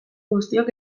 guztiok